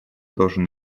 должен